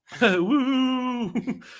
Woo